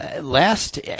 Last